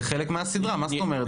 זה חלק מהסדרה, מה זאת אומרת?